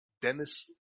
Dennis